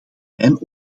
mijn